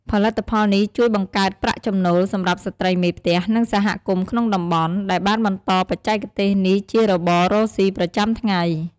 ផលិតផលនេះជួយបង្កើតប្រាក់ចំណូលសម្រាប់ស្រ្តីមេផ្ទះ និងសហគមន៍ក្នុងតំបន់ ដែលបានបន្តបច្ចេកទេសនេះជារបររកស៊ីប្រចាំថ្ងៃ។